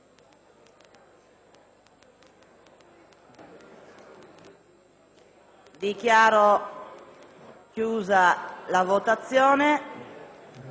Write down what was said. Dichiaro aperta la votazione.